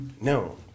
No